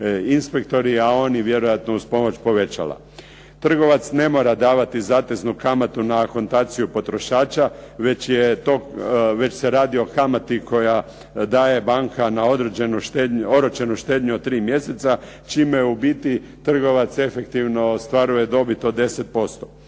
inspektori a i oni vjerojatno uz pomoć povećala. Trgovac ne mora davati zateznu kamatu na akontaciju potrošača već se radi o kamati koju daje banka na oročenu štednju od tri mjeseca čime u biti trgovac efektivno ostvaruje dobit od 10%.